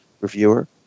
reviewer